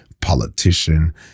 politician